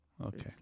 Okay